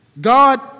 God